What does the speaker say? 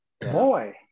boy